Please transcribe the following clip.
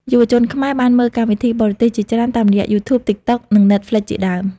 យុវជនខ្មែរបានមើលកម្មវិធីបរទេសជាច្រើនតាមរយៈ YouTube, TikTok និង Netflixជាដើម។